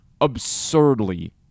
absurdly